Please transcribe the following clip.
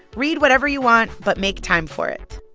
read whatever you want, but make time for it.